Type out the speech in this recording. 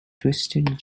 twisted